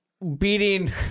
beating